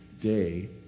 day